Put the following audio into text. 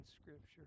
Scripture